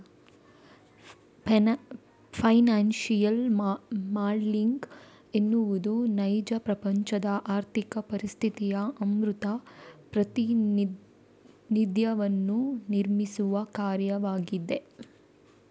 financial modelling ಎನ್ನುವುದು ನೈಜ ಪ್ರಪಂಚದ ಆರ್ಥಿಕ ಪರಿಸ್ಥಿತಿಯ ಅಮೂರ್ತ ಪ್ರಾತಿನಿಧ್ಯವನ್ನು ನಿರ್ಮಿಸುವ ಕಾರ್ಯವಾಗಿದೆ